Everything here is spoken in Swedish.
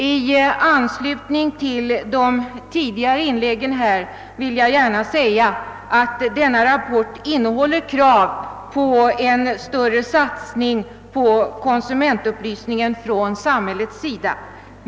I anslutning till de tidigare inläggen här vill jag gärna betona att denna rapport innehåller krav på en större satsning på konsumentupplysningen från samhällets sida.